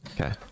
Okay